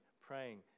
praying